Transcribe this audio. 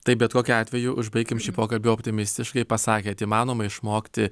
taip bet kokiu atveju užbaikim šį pokalbį optimistiškai pasakėt įmanoma išmokti